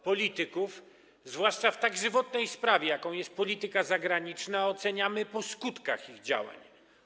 Polityków, zwłaszcza w tak żywotnej sprawie, jaką jest polityka zagraniczna, oceniamy po skutkach ich działań.